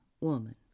woman